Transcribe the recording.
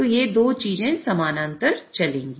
तो ये 2 चीजें समानांतर चलेंगी